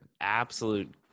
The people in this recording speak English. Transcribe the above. absolute